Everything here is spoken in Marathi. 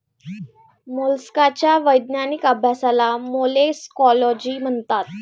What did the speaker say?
मोलस्काच्या वैज्ञानिक अभ्यासाला मोलॅस्कोलॉजी म्हणतात